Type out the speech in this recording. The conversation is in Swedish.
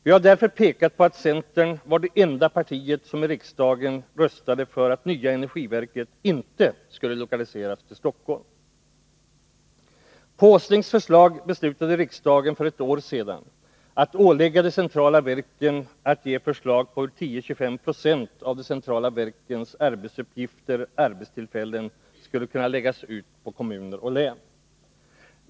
Vi har därför pekat på att centern var det enda partiet som i riksdagen röstade för att det nya energiverket inte skulle lokaliseras till Stockholm. På Nils Åslings förslag beslöt riksdagen för ett år sedan att ålägga de centrala verken att ge förslag på hur 10-25 920 av de centrala verkens arbetsuppgifter/arbetstillfällen skulle kunna läggas ut på kommuner och län.